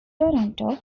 toronto